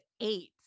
eight